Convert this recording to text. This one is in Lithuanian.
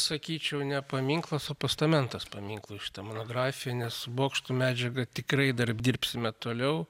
sakyčiau ne paminklas o postamentas paminklui šita monografija nes bokšto medžiaga tikrai dar dirbsime toliau